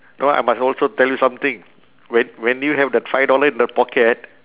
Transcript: no I must also tell you something when when you have that five dollar in the pocket